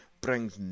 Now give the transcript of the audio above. brings